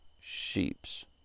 sheeps